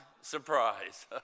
surprise